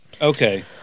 Okay